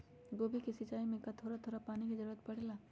गोभी के सिचाई में का थोड़ा थोड़ा पानी के जरूरत परे ला?